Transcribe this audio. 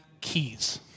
keys